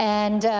and,